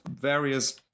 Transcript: various